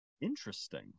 Interesting